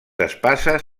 espases